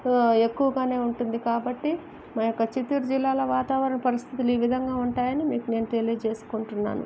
ఎక్కువగానే ఉంటుంది కాబట్టి మన యొక్క చిత్తూరు జిల్లాలో వాతావరణ పరిస్థితి ఈ విధంగా ఉంటాయని మీకు నేను తెలియజేసుకుంటున్నాను